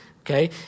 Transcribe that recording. Okay